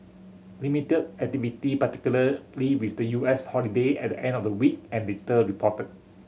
limited activity particularly with the U S holiday at the end of the week and little reported